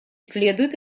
следует